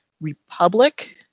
Republic